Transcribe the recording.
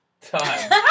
Time